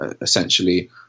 essentially